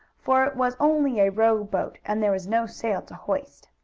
for it was only a row-boat and there was no sail to hoist.